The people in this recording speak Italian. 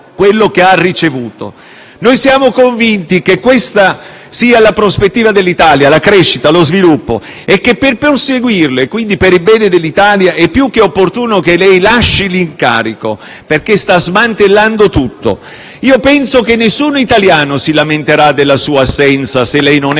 Noi siamo convinti che la prospettiva dell'Italia sia nella crescita e nello sviluppo e che per perseguirla, e quindi per il bene dell'Italia, sia più che opportuno che lei lasci l'incarico, perché sta smantellando tutto. Io penso che nessun italiano si lamenterà della sua assenza se lei non è al